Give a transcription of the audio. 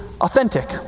authentic